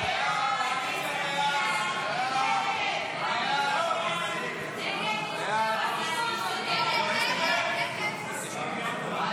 סעיף 5, כהצעת הוועדה,